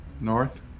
north